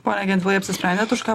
pone gentvilai apsisprendėt už ką